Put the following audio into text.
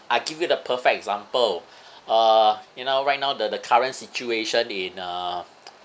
I give you the a perfect example uh you know right now the the current situation in uh